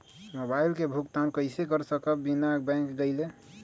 Mobile के भुगतान कईसे कर सकब बिना बैंक गईले?